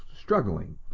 struggling